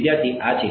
વિદ્યાર્થી આ છે